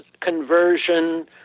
conversion